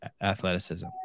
athleticism